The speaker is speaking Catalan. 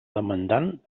demandant